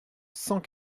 cent